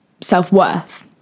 self-worth